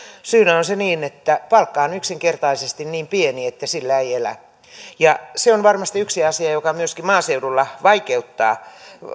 syynä on se että palkka on yksinkertaisesti niin pieni että sillä ei elä se on varmasti yksi asia joka myöskin maaseudulla vaikeuttaa